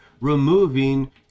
removing